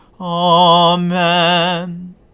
Amen